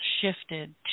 shifted